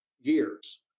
years